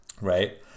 right